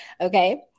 Okay